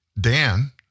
Dan